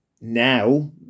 now